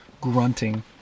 Grunting